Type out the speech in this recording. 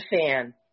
fan